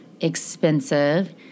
expensive